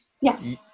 Yes